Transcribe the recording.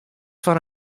foar